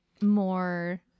more